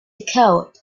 code